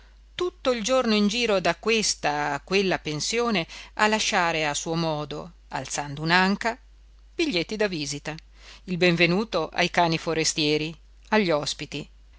tutto il giorno in giro da questa a quella pensione a lasciare a suo modo alzando un'anca biglietti da visita il benvenuto ai cani forestieri agli ospiti